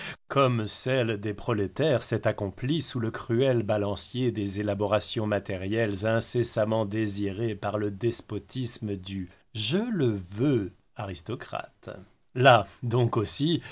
comme celle des prolétaires s'est accomplie sous le cruel balancier des élaborations matérielles incessamment désirées par le despotisme du je le veux aristocrate là donc aussi